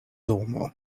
domo